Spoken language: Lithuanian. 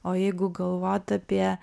o jeigu galvot apie